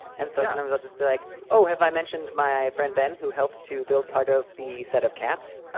and so sometimes i'll just be like, oh, have i mentioned my friend ben who helped to build part of the set of cats?